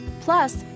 Plus